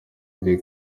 les